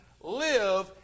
live